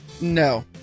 No